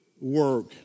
work